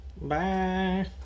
Bye